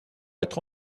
être